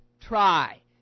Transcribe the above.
try